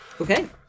Okay